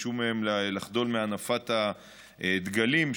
ביקשו מהם לחדול מהנפת הדגלים,